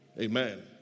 Amen